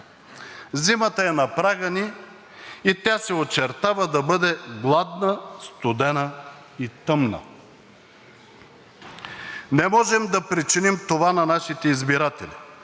Зимата е на прага ни и тя се очертава да бъде гладна, студена и тъмна. Не можем да причиним това на нашите избиратели,